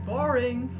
Boring